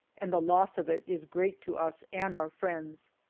and the loss of it is great to us and our friends.